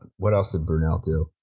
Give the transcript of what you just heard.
what else did brunel do?